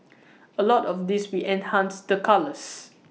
A lot of this we enhanced the colours